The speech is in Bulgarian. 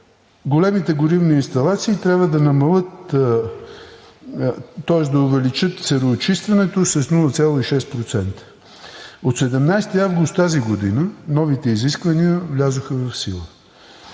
големите горивни инсталации трябва да увеличат сероочистването с 0,6%. От 17 август тази година новите изисквания влязоха в сила.